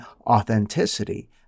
authenticity